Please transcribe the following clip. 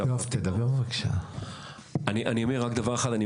אני אומר רק דבר אחד,